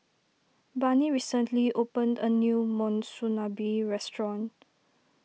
Barney recently opened a new Monsunabe restaurant